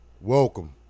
Welcome